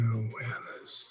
awareness